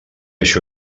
això